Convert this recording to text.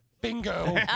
Bingo